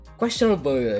questionable